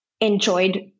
enjoyed